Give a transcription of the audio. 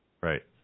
right